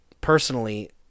personally